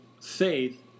faith